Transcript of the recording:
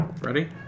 Ready